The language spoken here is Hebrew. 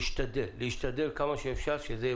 להכניס ולהכליל במידה ותתקבל החלטה,